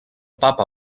papa